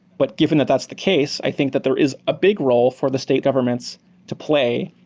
but given that that's the case, i think that there is a big role for the state governments to play,